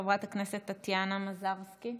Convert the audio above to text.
חברת הכנסת טטיאנה מזרסקי.